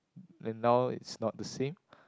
and now it's not the same